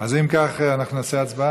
אם כך, נעשה הצבעה?